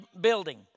building